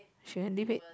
she can leave it